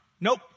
Nope